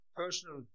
personal